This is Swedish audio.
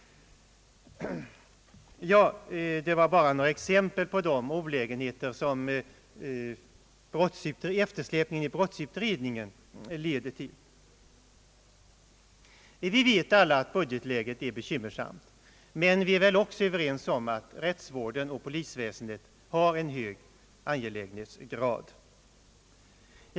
Detta var bara några exempel på de olägenheter som = eftersläpningen i brottsutredningen leder till. Vi vet alla att budgetläget är bekymmersamt, men vi är väl också överens om att polisväsendet har en hög angelägenhetsgrad.